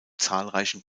zahlreichen